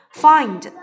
find